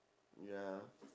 ya